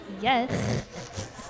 Yes